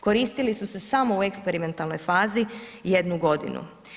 Koristili su se samo u eksperimentalnoj fazi jednu godinu.